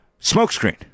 smokescreen